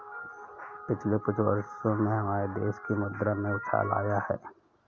पिछले कुछ वर्षों में हमारे देश की मुद्रा में उछाल आया है